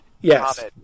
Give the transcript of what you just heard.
yes